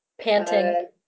Panting